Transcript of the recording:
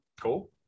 Cool